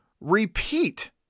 repeat